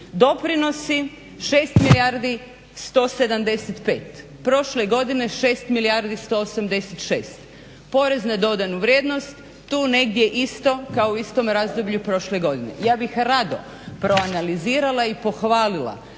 godine šest milijardi sto osamdeset šest. Porez na dodanu vrijednost tu negdje isto kao i u istom razdoblju prošle godine. Ja bih rado proanalizirala i pohvalila